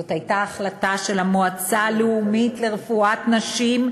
זאת הייתה החלטה של המועצה הלאומית לרפואת נשים,